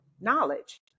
knowledge